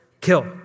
Kill